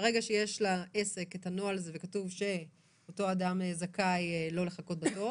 ברגע שיש לעסק הנוהל הזה וכתוב שאותו אדם זכאי לא לחכות בתור